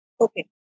okay